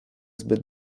zbyt